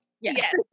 Yes